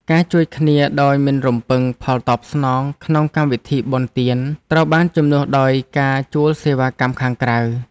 ការជួយគ្នាដោយមិនរំពឹងផលតបស្នងក្នុងកម្មវិធីបុណ្យទានត្រូវបានជំនួសដោយការជួលសេវាកម្មខាងក្រៅ។